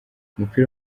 umupira